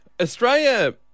Australia